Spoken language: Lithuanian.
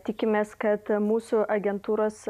tikimės kad mūsų agentūros